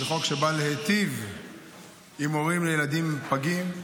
זה חוק שבא להיטיב עם הורים לילדים פגים.